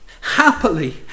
happily